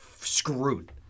screwed